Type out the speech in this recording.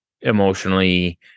emotionally